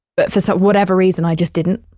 but for so whatever reason i just didn't.